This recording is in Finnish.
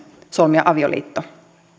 solmia avioliitto